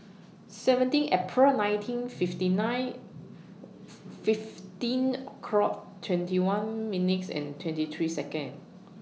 seventeen April nineteen fifty nine fifteen o'clock twenty one minutes and twenty three Seconds